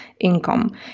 income